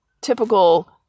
typical